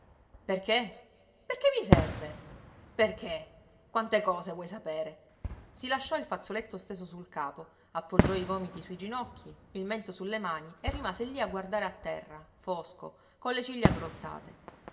perché perché mi serve perché quante cose vuoi sapere si lasciò il fazzoletto steso sul capo appoggiò i gomiti sui ginocchi il mento sulle mani e rimase lì a guardare a terra fosco con le ciglia